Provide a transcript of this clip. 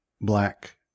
black